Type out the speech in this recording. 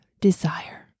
desire